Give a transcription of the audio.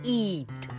eat